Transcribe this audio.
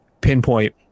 pinpoint